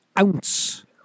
ounce